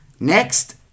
Next